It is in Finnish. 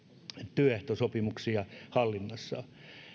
työehtosopimuksia hallinnassaan